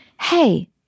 hey